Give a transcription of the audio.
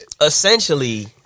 essentially